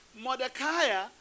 Mordecai